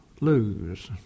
lose